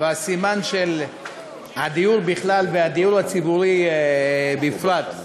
בסימן של הדיור בכלל והדיור הציבורי בפרט,